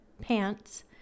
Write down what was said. pants